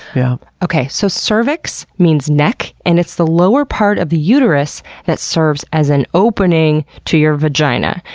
yeah okay, so cervix means neck and it's the lower part of the uterus that serves as an opening to your vagina.